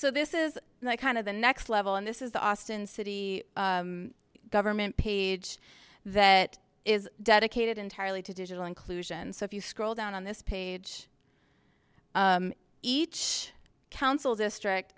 so this is kind of the next level and this is the austin city government page that is dedicated entirely to digital inclusion so if you scroll down on this page each council district